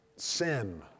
Sin